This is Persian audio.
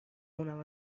اونم